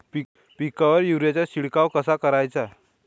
पिकावर युरीया चा शिडकाव कसा कराचा?